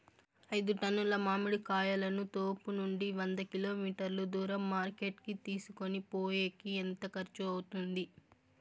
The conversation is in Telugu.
ఐదు టన్నుల మామిడి కాయలను తోపునుండి వంద కిలోమీటర్లు దూరం మార్కెట్ కి తీసుకొనిపోయేకి ఎంత ఖర్చు అవుతుంది?